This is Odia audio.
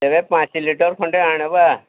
ତେବେ ପାଞ୍ଚ ଲିଟର୍ ଖଣ୍ଡେ ଆଣବା